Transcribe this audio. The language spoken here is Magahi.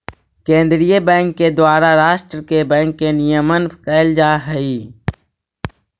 केंद्रीय बैंक के द्वारा राष्ट्र के बैंक के नियमन कैल जा हइ